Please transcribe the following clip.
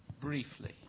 Briefly